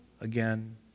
again